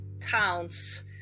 towns